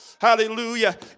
Hallelujah